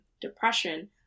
depression